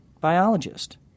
Biologist